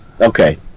Okay